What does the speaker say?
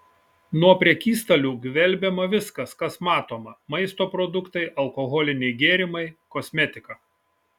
nuo prekystalių gvelbiama viskas kas matoma maisto produktai alkoholiniai gėrimai kosmetika